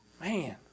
Man